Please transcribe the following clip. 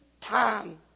time